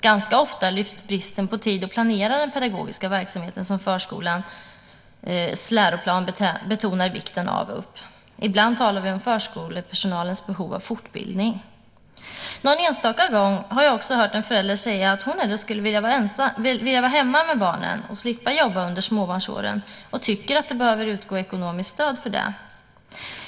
Ganska ofta lyfts bristen på tid att planera den pedagogiska verksamheten upp, det som förskolans läroplan betonar vikten av. Ibland talar vi om förskolepersonalens behov av fortbildning. Någon enstaka gång har jag också hört en förälder säga att hon skulle vilja vara hemma med barnen och slippa jobba under småbarnsåren och att hon tycker att det behöver utgå ekonomiskt stöd för detta.